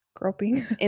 groping